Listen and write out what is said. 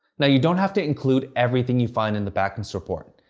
now, you don't have to include everything you find in the backlinks report.